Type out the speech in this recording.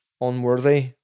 unworthy